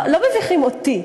לא מביכים אותי.